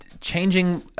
changing